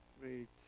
Great